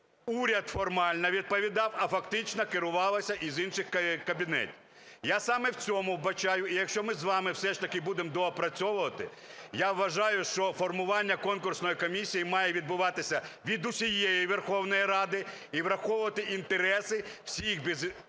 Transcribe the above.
уряд формально відповідав, а фактично керувалося із інших кабінетів? Я саме в цьому вбачаю… І якщо ми з вами все ж таки будемо доопрацьовувати, я вважаю, що формування конкурсної комісії має відбуватися від усієї Верховної Ради і враховувати інтереси всіх без